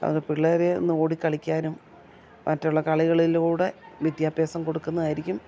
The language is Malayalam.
അത് പിള്ളേരെ ഒന്ന് ഓടി കളിക്കാനും മറ്റുള്ള കളികളിലൂടെ വിദ്യാഭ്യാസം കൊടുക്കുന്നതായിരിക്കും